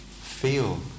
feel